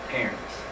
Parents